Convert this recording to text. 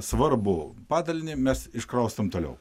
svarbų padalinį mes iškraustome toliau